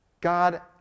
God